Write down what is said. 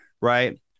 Right